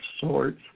sorts